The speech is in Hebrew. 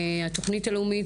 התוכנית הלאומית,